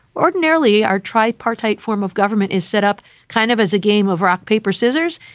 ordinarily are tripartite form of government is setup kind of as a game of rock, paper, scissors.